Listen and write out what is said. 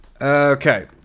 Okay